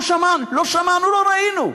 לא שמענו, לא ראינו,